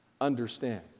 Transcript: understand